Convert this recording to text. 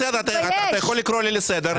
אתה יכול לקרוא לי לסדר.